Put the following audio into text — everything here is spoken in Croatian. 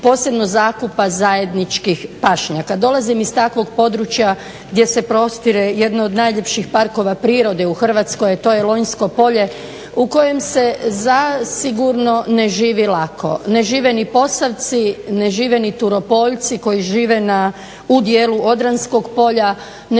posebno zakupa zajedničkih pašnjaka. Dolazim iz takvog područja gdje se prostire jedan od najljepših parkova prirode u Hrvatskoj, a to je Lonjsko polje u kojem se zasigurno ne živi lako, ne žive ni Posavci, ne žive ni Turopoljci koji žive u dijelu Odranskog polja,